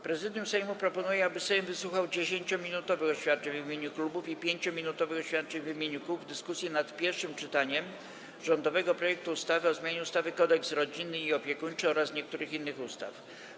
Prezydium Sejmu proponuje, aby Sejm wysłuchał 10-minutowych oświadczeń w imieniu klubów i 5-minutowych oświadczeń w imieniu kół w dyskusji nad pierwszym czytaniem rządowego projektu ustawy o zmianie ustawy Kodeks rodzinny i opiekuńczy oraz niektórych innych ustaw.